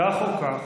כך או כך,